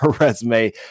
resume